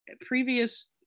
previous